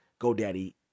GoDaddy